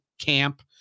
camp